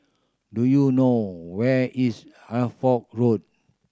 do you know where is Hertford Road